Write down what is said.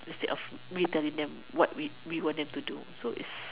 instead of we telling them what we want them to do so it's